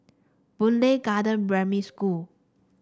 Boon Lay Garden Primary School